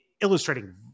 illustrating